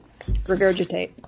regurgitate